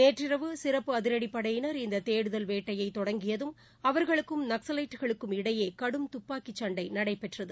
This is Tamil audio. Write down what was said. நேற்றிரவு சிறப்பு அதிரடிப்படையினர் இந்த தேடுதல் வேட்டையை தொடங்கியதும் அவர்களுக்கும் நக்சலைட்டுகளுக்கும் இடையே கடும் தப்பாக்கிச் சண்டை நடைபெற்றது